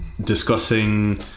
discussing